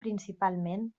principalment